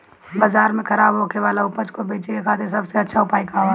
बाजार में खराब होखे वाला उपज को बेचे के खातिर सबसे अच्छा उपाय का बा?